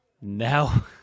now